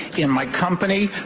in my company,